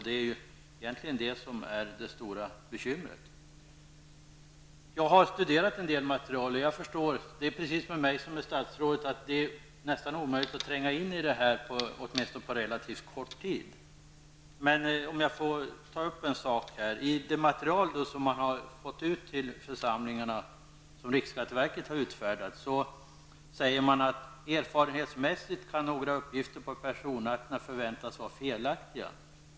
Det är egentligen det som är det stora bekymret. Jag har studerat en del material, och det är med mig som med statsrådet att det nästan är omöjligt att tränga in i det här, åtminstone på relativt kort tid. I det material som riksskatteverket har utfärdat och som man har fått ut till församlingarna säger man: ''Erfarenhetsmässigt kan några uppgifter på personakterna förväntas vara felaktiga.